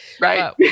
Right